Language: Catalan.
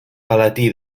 palatí